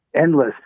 endless